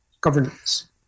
governance